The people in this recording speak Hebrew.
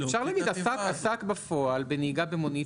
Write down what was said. אפשר להגיד: עסק בפועל בנהיגה במונית